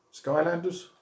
Skylanders